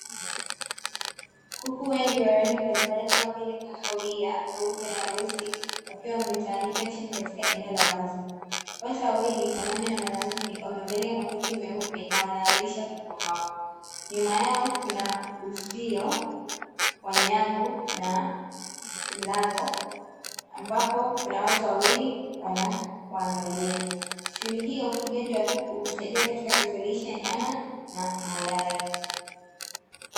Kuku wengi wa rangi mbalimbali kama vile kahawia, weupe na weusi wakiwa wametawanyika chini katika eneo la wazi. Watu wawili mwanaume na mwanamke wamevalia mavazi meupe na wanawalisha kuku hao nyuma ya kuna uzio, wa nyavu na mlango ambapo kuna watu wawili wanawaangalia shuhuli hiyo ya ufugaji wa kuku usahidia katika kuzalisha nyama na mayai.